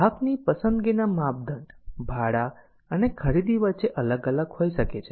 ગ્રાહક ની પસંદગીના માપદંડ ભાડા અને ખરીદી વચ્ચે અલગ હોઈ શકે છે